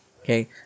Okay